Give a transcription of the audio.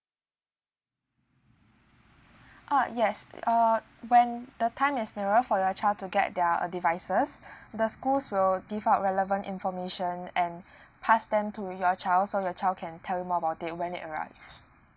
ah yes uh when the time is nearer for your child to get their uh devices the schools will give out relevant information and pass them to your child so your child can tell you more about it when it arrive